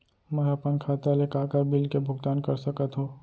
मैं ह अपन खाता ले का का बिल के भुगतान कर सकत हो